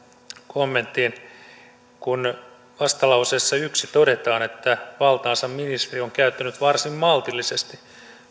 kommenttiin kun vastalauseessa yhteen todetaan että valtaansa ministeriö on käyttänyt varsin maltillisesti